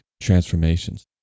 transformations